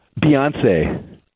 Beyonce